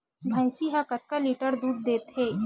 भंइसी हा कतका लीटर दूध देथे?